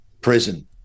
Prison